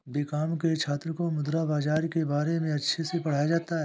BCom के छात्रों को मुद्रा बाजार के बारे में अच्छे से पढ़ाया जाता है